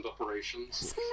operations